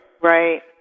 Right